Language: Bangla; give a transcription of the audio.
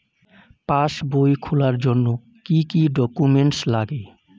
পাসবই খোলার জন্য কি কি ডকুমেন্টস লাগে?